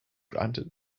granted